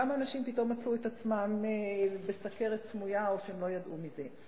פתאום מצאו את עצמם עם סוכרת סמויה או שלא ידעו מזה.